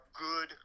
good